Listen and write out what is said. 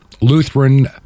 Lutheran